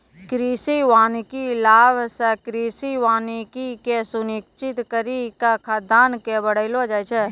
कृषि वानिकी लाभ से कृषि वानिकी के सुनिश्रित करी के खाद्यान्न के बड़ैलो जाय छै